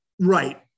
Right